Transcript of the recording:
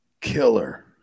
killer